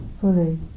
fully